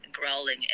growling